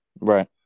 Right